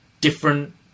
different